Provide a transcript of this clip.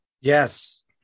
Yes